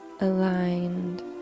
aligned